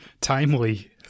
Timely